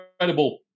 incredible